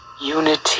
unity